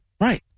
right